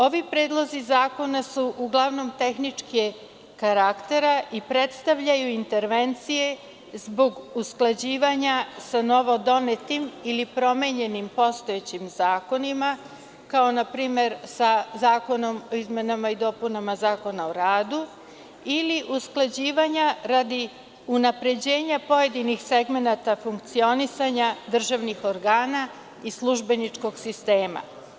Ovi predlozi zakona su uglavnom tehničkih karaktera i predstavljaju intervencije zbog usklađivanja sa novodonetim ili promenjenim postojećim zakonima, kao na primer sa zakonom o izmenama i dopunama Zakona o radu ili usklađivanja radi unapređenja pojedinih segmenata funkcionisanja državnih organa i službeničkog sistema.